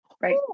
right